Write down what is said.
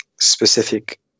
specific